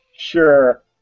Sure